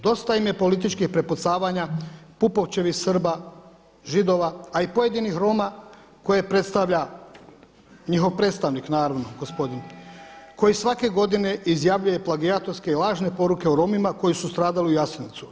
Dosta im je političkih prepucavanja, Pupovčevih Srba, Židova, a i pojedinih Roma koje predstavlja njihov predstavnik naravno gospodin koji svake godine izjavljuje plagijatorske i lažne poruke o Romima koji su stradali u Jasenovcu.